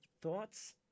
Thoughts